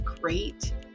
great